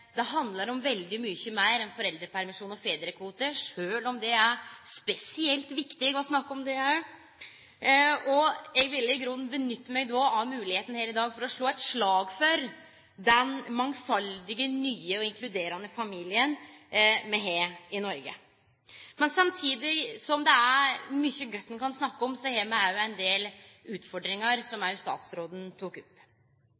det handlar om veldig mykje meir enn foreldrepermisjon og fedrekvote, sjølv om det er spesielt viktig å snakke om det òg. Eg vil i grunnen nytte meg av moglegheita her i dag til å slå eit slag for den mangfaldige, nye og inkluderande familien me har i Noreg. Samtidig som det er mykje godt ein kan snakke om, har me òg ein del utfordringar, som